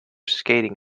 skating